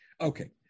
Okay